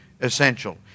essential